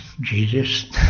Jesus